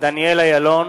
דניאל אילון,